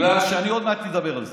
אני עוד מעט אדבר על זה.